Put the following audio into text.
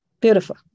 beautiful